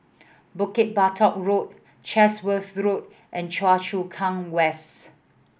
Bukit Batok Road Chatsworth Road and Choa Chu Kang West